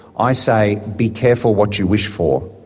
i say be careful what you wish for.